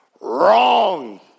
Wrong